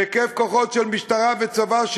בהיקף כוחות של משטרה וצבא,